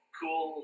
cool